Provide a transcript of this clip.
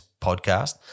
podcast